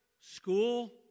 school